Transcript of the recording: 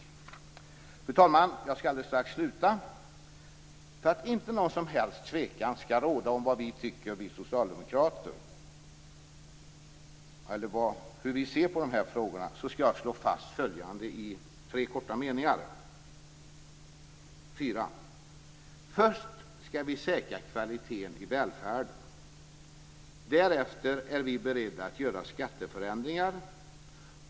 Fru talman! Jag skall alldeles strax sluta. För att inte något som helst tvivel skall råda om hur vi socialdemokrater ser på dessa frågor, skall jag slå fast följande i fyra korta meningar. Först skall vi säkra kvaliteten i välfärden. Därefter är vi beredda att göra skatteförändringar.